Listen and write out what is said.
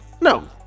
No